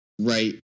right